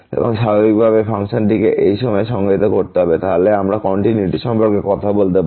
এবং স্বাভাবিকভাবেই ফাংশনটিকে এই সময়ে সংজ্ঞায়িত করতে হবে তাহলেই আমরা কন্টিনিউইটি সম্পর্কে কথা বলতে পারি